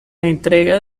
entrega